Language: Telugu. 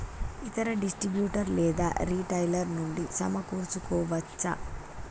ఇతర డిస్ట్రిబ్యూటర్ లేదా రిటైలర్ నుండి సమకూర్చుకోవచ్చా?